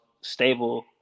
stable